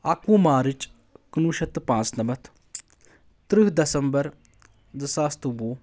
اکوُہ مارٕچ کُنوُہ شیٚتھ تہٕ پانٛژھ نَمَتھ تٕرٛہ دَسمبر زٕ ساس تہٕ وُہ